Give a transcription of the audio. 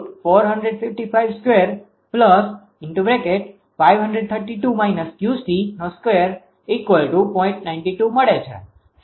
92 છે P એ 455 જ રહે છે તેથી મળે છે